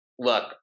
look